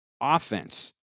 offense